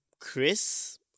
Chris